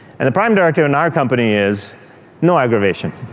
and the prime directive in our company is no aggravation.